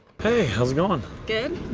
hey, how's it going? good.